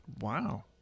Wow